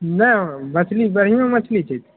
नहि हौ मछली बढ़िआँ मछली छै